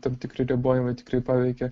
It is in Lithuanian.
tam tikri ribojimai tikrai paveikė